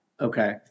Okay